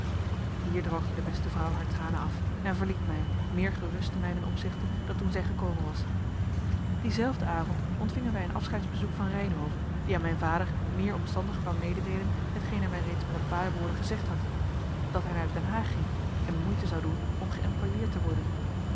hier droogde de beste vrouw haar tranen af en verliet mij meer gerust te mijnen opzichte dan toen zij gekomen was dienzelfden avond ontvingen wij een afscheidsbezoek van reynhove die aan mijn vader meer omstandig kwam mededeelen hetgeen hij mij reeds met een paar woorden gezegd had dat hij naar den haag ging en moeite zoude doen om geëmployeerd te worden